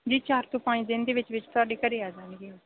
ਜੀ ਚਾਰ ਤੋਂ ਪੰਜ ਦਿਨ ਦੇ ਵਿੱਚ ਵਿੱਚ ਤੁਹਾਡੇ ਘਰ ਆ ਜਾਣਗੀਆਂ